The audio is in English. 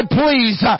please